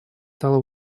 стала